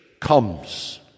comes